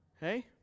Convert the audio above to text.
Hey